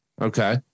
Okay